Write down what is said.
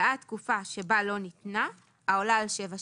בעד תקופה שבה לא ניתנה, העולה על שבע שנים,